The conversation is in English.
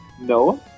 No